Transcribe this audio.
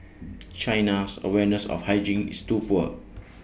China's awareness of hygiene is too poor